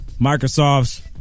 Microsoft's